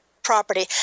property